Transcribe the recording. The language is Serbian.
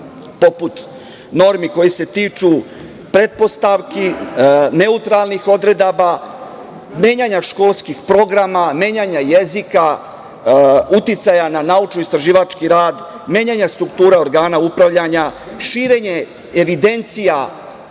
poput normi koje se tiču pretpostavki, neutralnih odredaba, menjanja školskih programa, menjanja jezika, uticaja na naučno istraživački rad, menjanja struktura organa upravljanja, širenje evidencija